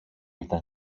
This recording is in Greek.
ήταν